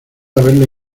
haberle